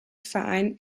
verein